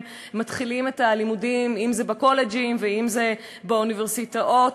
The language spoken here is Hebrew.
מתחילים את הלימודים בקולג'ים או באוניברסיטאות,